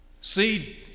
Seed